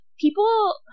people